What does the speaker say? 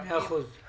ערבים,